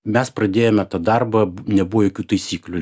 mes pradėjome tą darbą nebuvo jokių taisyklių